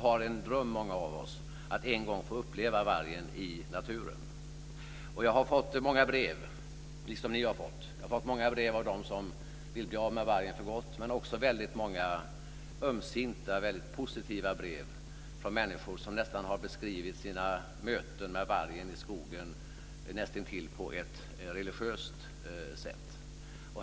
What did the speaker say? har en dröm om att en gång få uppleva vargen i naturen. Jag har fått många brev från dem som vill bli av med vargen för gott, men också väldigt många ömsinta positiva brev från människor som har beskrivit sina möten med vargen i skogen på ett näst intill religiöst sätt.